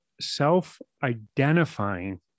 self-identifying